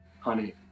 honey